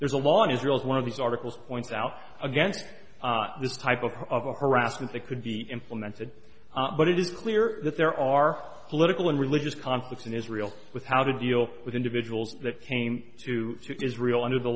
there's along israel's one of these articles points out against this type of harassment that could be implemented but it is clear that there are political and religious conflicts in israel with how to deal with individuals that came to israel under the